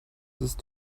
ist